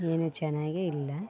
ಏನು ಚೆನ್ನಾಗೇ ಇಲ್ಲ